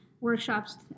workshops